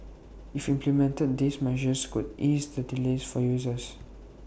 if implemented these measures could ease the delays for users